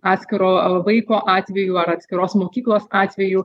atskiro vaiko atveju ar atskiros mokyklos atveju